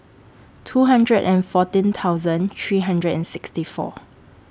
two hundred and fourteen thousand three hundred and sixty four